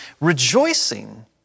rejoicing